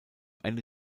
ende